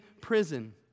prison